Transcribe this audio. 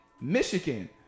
Michigan